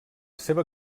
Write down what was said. seva